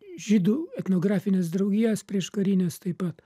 žydų etnografines draugijas prieškarines taip pat